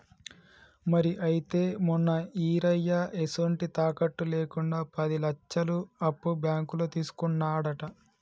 మరి అయితే మొన్న ఈరయ్య ఎసొంటి తాకట్టు లేకుండా పది లచ్చలు అప్పు బాంకులో తీసుకున్నాడట